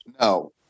No